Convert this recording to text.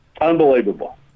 Unbelievable